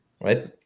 right